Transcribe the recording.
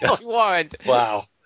Wow